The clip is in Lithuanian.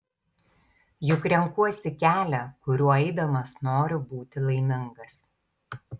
juk renkuosi kelią kuriuo eidamas noriu būti laimingas